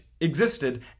existed